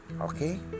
Okay